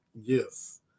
Yes